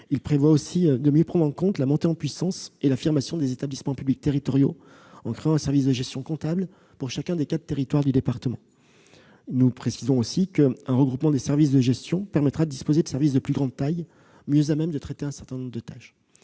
Il prévoit aussi de mieux prendre en compte la montée en puissance et l'affirmation des établissements publics territoriaux en créant un service de gestion comptable pour chacun des quatre territoires du département. Nous précisons aussi qu'un regroupement des services de gestion permettra de disposer de services de plus grande taille, mieux à même de traiter un certain nombre de tâches.